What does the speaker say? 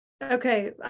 okay